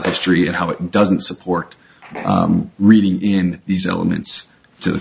history and how it doesn't support reading in these elements to the